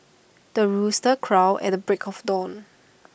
the rooster crows at the break of dawn